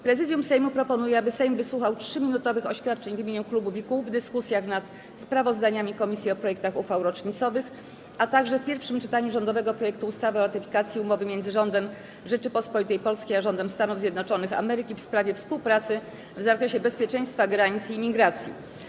Prezydium Sejmu proponuje, aby Sejm wysłuchał 3-minutowych oświadczeń w imieniu klubów i kół w dyskusjach: - nad sprawozdaniami komisji o projektach uchwał rocznicowych, - w pierwszym czytaniu rządowego projektu ustawy o ratyfikacji Umowy między Rządem Rzeczypospolitej Polskiej a Rządem Stanów Zjednoczonych Ameryki w sprawie współpracy w zakresie bezpieczeństwa granic i imigracji.